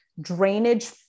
drainage